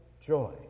joy